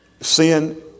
Sin